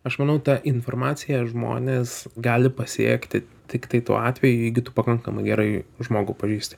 aš manau tą informaciją žmonės gali pasiekti tiktai tuo atveju jeigu tu pakankamai gerai žmogų pažįsti